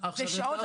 זה שעות